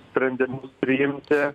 sprendimus priimti